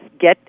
get